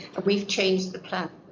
we've changed the planet.